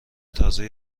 تازه